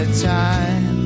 time